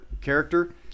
character